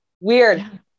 weird